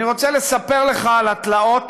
אני רוצה לספר לך על התלאות